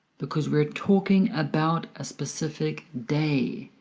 because we're talking about a specific day.